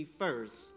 first